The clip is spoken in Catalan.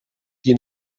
qui